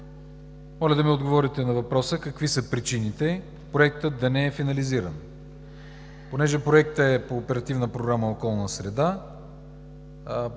моля да ми отговорите на въпроса какви са причините проектът да не е финализиран, понеже той е по